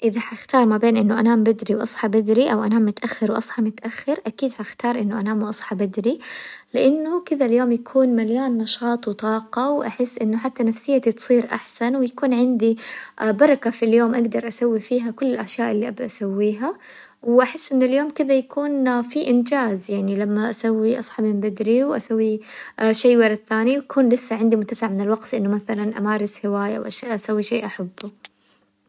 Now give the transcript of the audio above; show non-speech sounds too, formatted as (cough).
إذا حختار ما بين إنه أنام بدري وأصحى بدري أو أنام متأخر وأصحى متأخر أكيد حختار إنه أنام وأصحى بدري، لأنه كذا اليوم يكون مليان نشاط وطاقة وأحس إنه حتى نفسيتي تصير أحسن ويكون عندي (hesitation) بركة في اليوم أقدر أسوي فيها كل الأشياء اللي أبي أسويها، وأحس إنه اليوم كذا يكون (hesitation) فيه انجاز يعني لما أسوي أصحى من بدري وأسوي شي ورا الثاني ويكون لسة عندي متسع من الوقت إنه مثلاً أمارس هواية وأسوي شي أحبه.